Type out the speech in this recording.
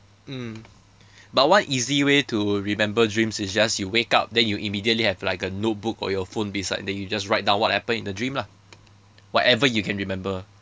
mm but one easy way to remember dreams is just you wake up then you immediately have like a notebook or your phone beside then you just write down what happened in the dream lah whatever you can remember